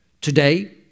today